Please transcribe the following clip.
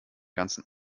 ganzen